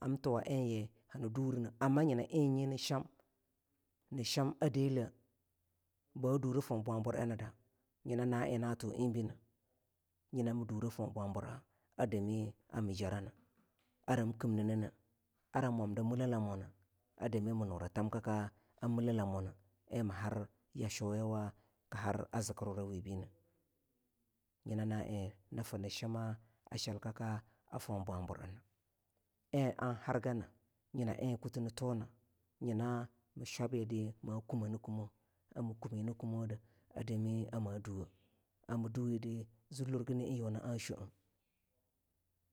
am tuwa enyini durene amma nyina en nyi ni shim a deleh ba duruh for bwa bur eni da nyina na en natu enbine nyina mi dureh foh bwa bur ena a dami a mii jarana aram kimnine ne ara mwanda mile lamuna a dami mi nura tamkaka a milela muna en mi har yashuyawa ka har a zikirwura wubeni nyina na en nii fo ni shima a shilkaka a foh bwabu ena en an har gana nyina en kuti ni thuna nyina mi shwabida ma kume ni kumewoh ami kumi ni kumudi a dami ama duwoh ami duwedi a zwe lurre a yuma na shoah